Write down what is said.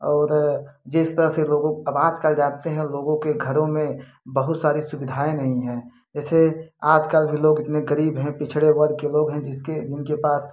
और जिस तरह से लोगों को कर जाते हैं लोगों के घरों में बहुत सारी सुविधाएं नहीं हैं जैसे आजकल के लोग इतने गरीब हैं पिछड़े वर्ग के लोग हैं जिसके उनके पास